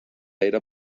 era